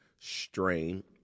strain